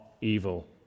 evil